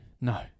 no